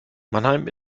mannheim